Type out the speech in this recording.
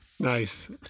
Nice